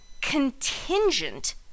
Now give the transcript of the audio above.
contingent